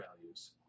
values